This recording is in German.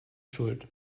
schuld